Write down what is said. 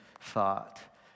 thought